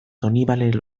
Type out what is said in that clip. donibane